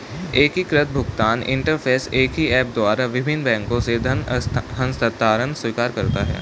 एकीकृत भुगतान इंटरफ़ेस एक ही ऐप द्वारा विभिन्न बैंकों से धन हस्तांतरण स्वीकार करता है